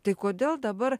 tai kodėl dabar